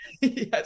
Yes